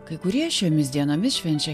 kai kurie šiomis dienomis švenčia